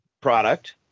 product